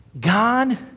God